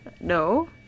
No